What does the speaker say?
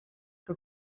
que